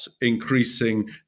increasing